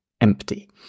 empty